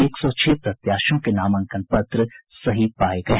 एक सौ छह प्रत्याशियों के नामांकन पत्र सही पाये गये